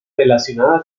relacionada